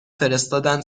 فرستادن